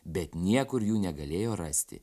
bet niekur jų negalėjo rasti